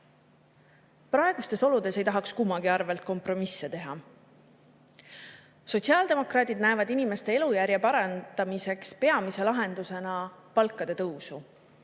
Praegustes oludes ei tahaks kummagi arvel kompromisse teha. Sotsiaaldemokraadid näevad inimeste elujärje parandamiseks peamise lahendusena palkade tõusu,